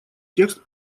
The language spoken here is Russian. текст